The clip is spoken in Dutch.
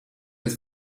het